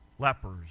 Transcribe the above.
lepers